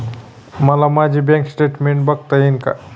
मला माझे bank statement बघता येईल का?